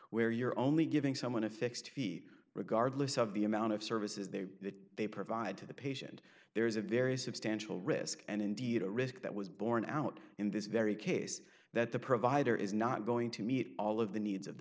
where you're only giving someone a fixed fee regardless of the amount of services that they provide to the patient there is a very substantial risk and indeed a risk that was borne out in this very case that the provider is not going to meet all of the needs of the